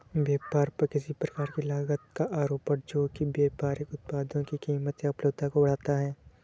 व्यापार पर किसी प्रकार की लागत का आरोपण जो कि व्यापारिक उत्पादों की कीमत या उपलब्धता को बढ़ाता है